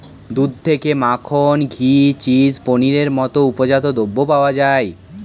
দুধ থেকে মাখন, ঘি, চিজ, পনিরের মতো উপজাত দ্রব্য পাওয়া যায়